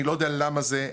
אני לא יודע למה זה,